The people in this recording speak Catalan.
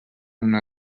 una